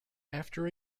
after